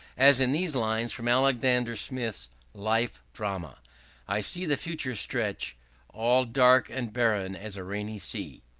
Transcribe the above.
as in these lines from alexander smith's life drama i see the future stretch all dark and barren as a rainy sea.